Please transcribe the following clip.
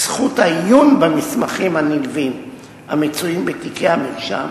זכות העיון במסמכים הנלווים המצויים בתיקי המרשם,